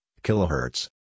Kilohertz